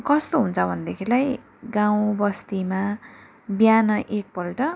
कस्तो हुन्छ भनेदेखिलाई गाउँ बस्तीमा बिहान एकपल्ट